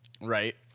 right